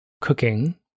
cooking